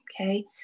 Okay